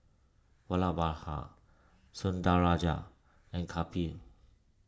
Vallabhbhai Sundaraiah and Kapil